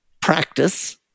practice